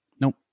Nope